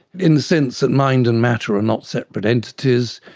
in the sense that mind and matter are not separate entities,